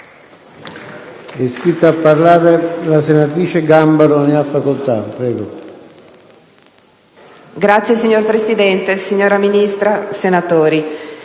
Signor Presidente, signora Ministra, senatori,